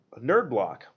NerdBlock